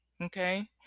okay